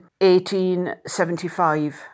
1875